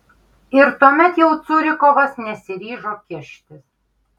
ir tuomet jau curikovas nesiryžo kištis